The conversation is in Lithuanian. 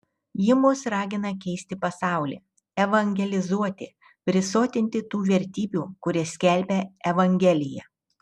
ji mus ragina keisti pasaulį evangelizuoti prisotinti tų vertybių kurias skelbia evangelija